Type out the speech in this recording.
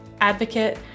advocate